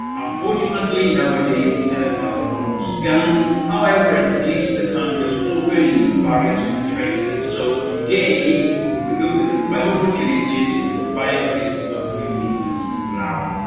unfortunately nowadays the elephants are almost gone however at least the country has opened its barriers to trade, so today we will look at the five opportunities and the five risks of doing business in laos.